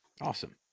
Awesome